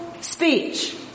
speech